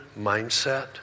mindset